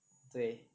对